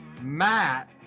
Matt